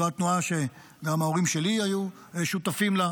זו התנועה שגם ההורים שלי היו שותפים לה.